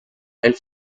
elle